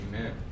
Amen